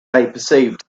perceived